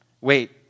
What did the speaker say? Wait